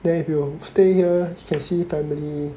then if you stay here can see family